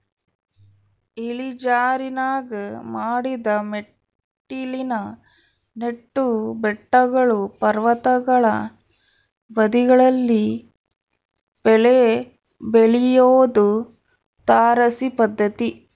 ಇಳಿಜಾರಿನಾಗ ಮಡಿದ ಮೆಟ್ಟಿಲಿನ ನೆಟ್ಟು ಬೆಟ್ಟಗಳು ಪರ್ವತಗಳ ಬದಿಗಳಲ್ಲಿ ಬೆಳೆ ಬೆಳಿಯೋದು ತಾರಸಿ ಪದ್ಧತಿ